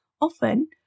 Often